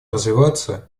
развиваться